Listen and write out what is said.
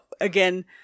again